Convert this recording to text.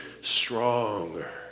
stronger